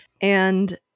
And-